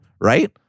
right